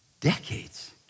Decades